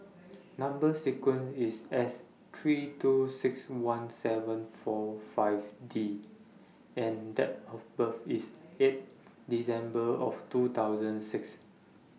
Number sequence IS S three two six one seven four five D and Date of birth IS eight December of two thousand six